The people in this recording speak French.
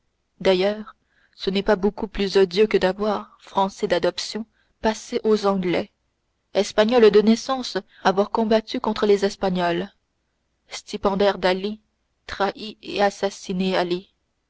d'ailleurs ce n'est pas beaucoup plus odieux que d'avoir français d'adoption passé aux anglais espagnol de naissance avoir combattu contre les espagnols stipendiaire d'ali trahi et assassiné